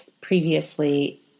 previously